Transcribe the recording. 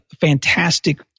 fantastic